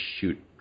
shoot